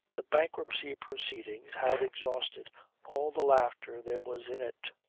the bankruptcy proceedings had exhausted all the laughter there was in it.